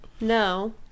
no